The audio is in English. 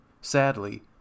Sadly